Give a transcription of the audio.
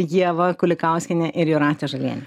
ieva kulikauskienė ir jūratė žalienė